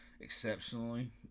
exceptionally